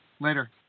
later